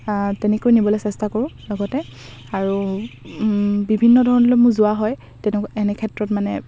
তেনেকৈ নিবলৈ চেষ্টা কৰোঁ লগতে আৰু বিভিন্ন ধৰণলৈ মোৰ যোৱা হয় তেনে এনে ক্ষেত্ৰত মানে